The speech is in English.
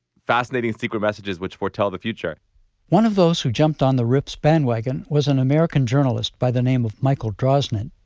fascinating secret messages which foretell the future one of those who jumped on the rips bandwagon was an american journalist by the name of michael drosnin.